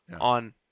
on